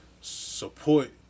support